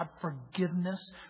Forgiveness